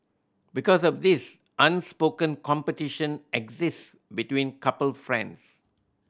because of this unspoken competition exist between couple friends